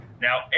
now